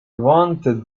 wanted